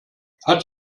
hat